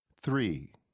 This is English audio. Three